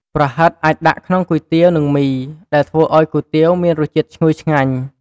ប្រហិតអាចដាក់ក្នុងគុយទាវ និងមី ដែលធ្វើឱ្យគុយទាវមានរសជាតិឈ្ងុយឆ្ងាញ់។